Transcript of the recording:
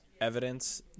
evidence